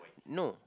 no